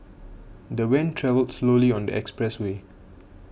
the van travelled slowly on the expressway